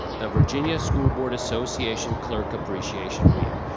the virginia school board association clerk appreciation week.